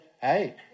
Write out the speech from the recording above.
Hey